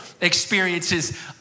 experiences